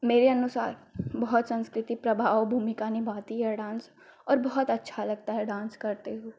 मेरे अनुसार बहुत संस्कृति प्रभावी भूमिका निभाती है डान्स और बहुत अच्छा लगता है डान्स करते हुए